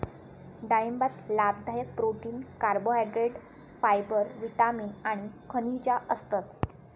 डाळिंबात लाभदायक protein, carbohydrate, fibre, vitamin आणि खनिजा असतत